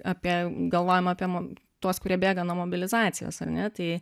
apie galvojam apie tuos kurie bėga nuo mobilizacijos ar ne tai